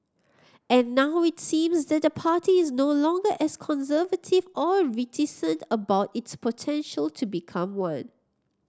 and now it seems that the party is no longer as conservative or reticent about its potential to become one